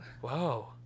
Whoa